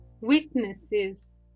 witnesses